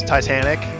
Titanic